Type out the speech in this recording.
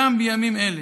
גם בימים אלה.